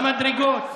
במדרגות.